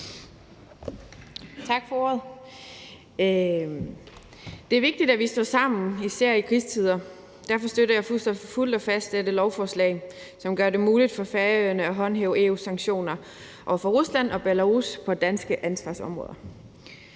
Tak for ordet. Det er vigtigt, at vi står sammen, især i krisetider. Derfor støtter jeg fuldt og fast dette lovforslag, som gør det muligt for Færøerne at håndhæve EU's sanktioner over for Rusland og Belarus på danske ansvarsområder.